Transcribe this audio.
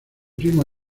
primo